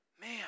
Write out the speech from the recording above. man